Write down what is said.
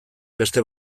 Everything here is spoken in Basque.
beste